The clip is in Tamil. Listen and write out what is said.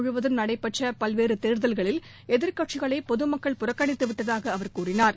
முழுவதும் நடைபெற்ற பல்வேறு தேர்தல்களில் எதிர்கட்சிகளை பொதமக்கள் நாடு புறக்கணித்துவிட்டதாக அவர் கூறினார்